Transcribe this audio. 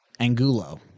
Angulo